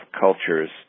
cultures